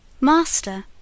Master